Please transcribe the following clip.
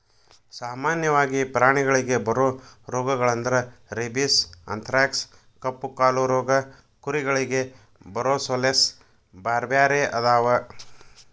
ಸಾಮನ್ಯವಾಗಿ ಪ್ರಾಣಿಗಳಿಗೆ ಬರೋ ರೋಗಗಳಂದ್ರ ರೇಬಿಸ್, ಅಂಥರಾಕ್ಸ್ ಕಪ್ಪುಕಾಲು ರೋಗ ಕುರಿಗಳಿಗೆ ಬರೊಸೋಲೇಸ್ ಬ್ಯಾರ್ಬ್ಯಾರೇ ಅದಾವ